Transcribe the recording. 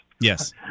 yes